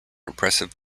impressive